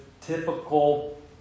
typical